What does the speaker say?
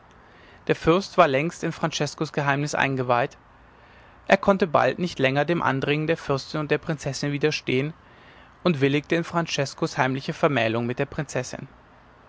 der fürst war längst in franceskos geheimnis eingeweiht er konnte bald nicht länger dem andringen der fürstin und der prinzessin widerstehen und willigte in franceskos heimliche vermählung mit der prinzessin